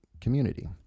community